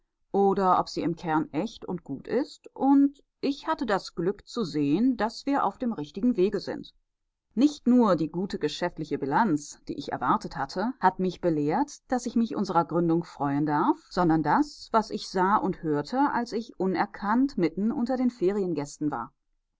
oder ob sie im kern echt und gut ist und ich hatte das glück zu sehen daß wir auf dem richtigen wege sind nicht nur die gute geschäftliche bilanz die ich erwartet hatte hat mich belehrt daß ich mich unserer gründung freuen darf sondern das was ich sah und hörte als ich unerkannt mitten unter den feriengästen war